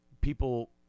people